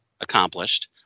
Accomplished